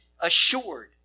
assured